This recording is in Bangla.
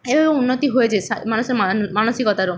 এভাবে উন্নতি হয়েছে সা মানুষের মান মানসিকতারও